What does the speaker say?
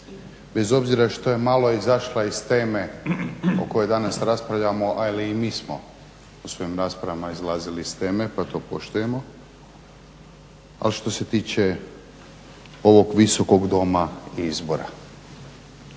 bez obzira što je malo izašla iz teme o kojoj danas raspravljamo, ali i mi smo u svojim raspravama izlazili iz teme pa to poštujemo. Ali što se tiče ovog Visokog doma i izbora.